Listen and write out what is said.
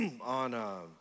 on